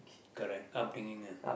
correct upbringing ah